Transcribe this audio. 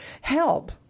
help